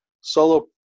solo